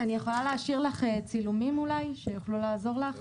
אני יכולה להשאיר לך צילומים שיוכלו לעזור לך?